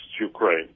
Ukraine